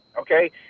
Okay